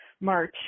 March